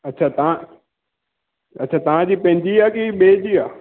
अछा तव्हां अछा तव्हां जी पंहिंजी आहे की ॿिए जी आहे